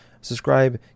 Subscribe